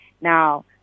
Now